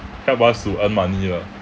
help us to earn money lah